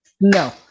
No